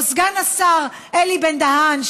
או סגן השר אלי בן-דהן,